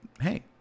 hey